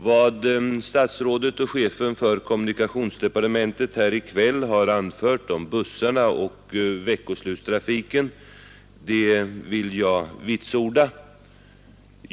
Vad kommunikationsministern har anfört här i kväll om bussarna och veckoslutstrafiken vill jag vitsorda.